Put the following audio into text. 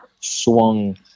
Swung